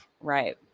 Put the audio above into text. right